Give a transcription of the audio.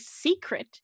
secret